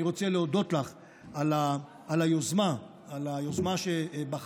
אני רוצה להודות לך על היוזמה, על היוזמה שבחרת